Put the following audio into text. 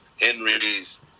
henry's